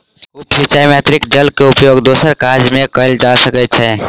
उप सिचाई में अतरिक्त जल के उपयोग दोसर काज में कयल जा सकै छै